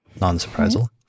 Non-surprisal